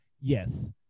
yes